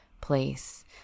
place